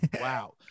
Wow